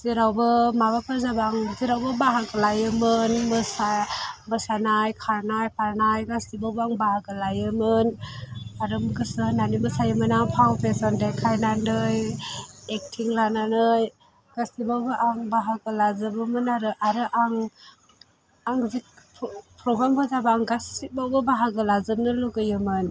जेरावबो माबाफोर जाबा आं बेफोरावबो बाहागो लायोमोन मोसानाय खारनाय बारनाय गासैबोआव आं बाहागो लायोमोन आरो गोसो होनानै मोसायोमोन आं फाव फेसन देखायनानै एक्टिं लानानै गासैबावबो आं बाहागो लाजोबोमोन आरो आरो आं आं जिखु प्रग्रामफोर जाबा आं गासैबावबो बाहागो लाजोबनो लुगैयोमोन